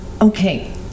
okay